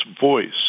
voice